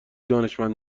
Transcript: دانشمند